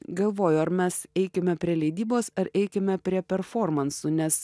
galvoju ar mes eikime prie leidybos ar eikime prie performansų nes